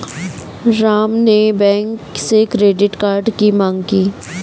राम ने बैंक से credit card की माँग की